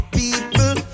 people